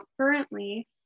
currently